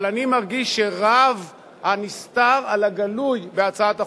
אבל אני מרגיש שרב הנסתר על הגלוי בהצעת החוק,